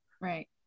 Right